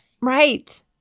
Right